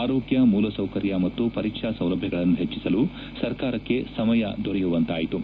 ಆರೋಗ್ಯ ಮೂಲಸೌಕರ್ಯ ಮತ್ತು ಪರೀತ್ನಾ ಸೌಲಭ್ಯಗಳನ್ನು ಪೆಟ್ಟಸಲು ಸರ್ಕಾರಕ್ಕೆ ಸಮಯ ದೊರೆಯುವಂತಾಯಿತು